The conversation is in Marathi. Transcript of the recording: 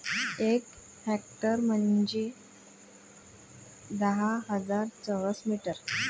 एक हेक्टर म्हंजे दहा हजार चौरस मीटर